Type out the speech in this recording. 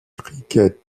cricket